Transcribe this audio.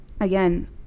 again